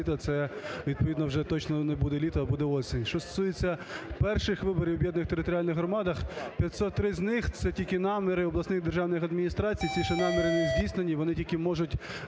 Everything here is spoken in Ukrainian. це відповідно вже точно не буде літо, а буде осінь. Що стосується перших виборів в об'єднаних територіальних громадах, 503 з них – це тільки наміри обласних державних адміністрацій. Ці ще наміри не здійснені і вони тільки можуть